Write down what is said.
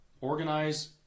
organize